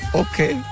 okay